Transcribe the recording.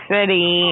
City